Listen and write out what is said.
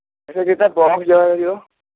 ଆଚ୍ଛା ସେଥେରେ ବକ୍ସ ଜାଗା ଧରିବ